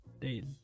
days